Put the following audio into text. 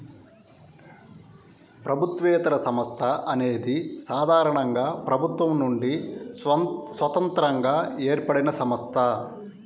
ప్రభుత్వేతర సంస్థ అనేది సాధారణంగా ప్రభుత్వం నుండి స్వతంత్రంగా ఏర్పడినసంస్థ